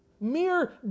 mere